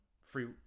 Free